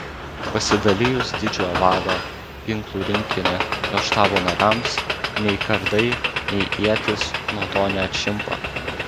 pasidalijus didžiojo vado ginklų rinkinį jo štabo nariams nei kardai nei ietys nuo to neatšimpa